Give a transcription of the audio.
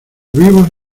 vivos